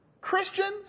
Christians